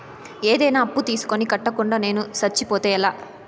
ఏదైనా అప్పు తీసుకొని కట్టకుండా నేను సచ్చిపోతే ఎలా